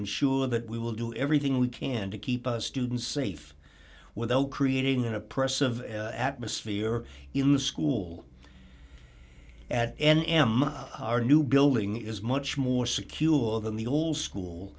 ensure that we will do everything we can to keep us students safe without creating an oppressive atmosphere in the school at our new building is much more secure than the old school